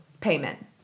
payment